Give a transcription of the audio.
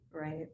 Right